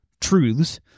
truths